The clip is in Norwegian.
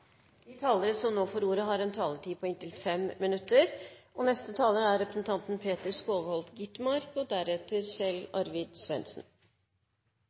De talere som heretter får ordet, har en taletid på inntil 3 minutter. Denne debatten har vist at det er